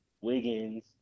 Wiggins